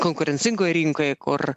konkurencingoj rinkoj kur